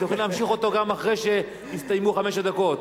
אתם יכולים להמשיך אותו גם אחרי שיסתיימו חמש הדקות.